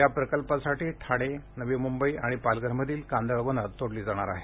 या प्रकल्पासाठी ठाणे नवी मुंबई आणि पालघरमधील कांदळवनं तोडली जाणार आहेत